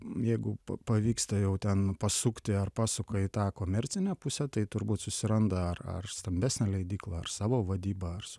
jeigu pavyksta jau ten pasukti ar pasuka į tą komercinę pusę tai turbūt susiranda ar stambesnę leidyklą ar savo vadybą